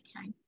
okay